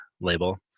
label